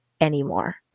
anymore